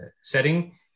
setting